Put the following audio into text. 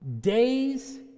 days